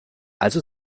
also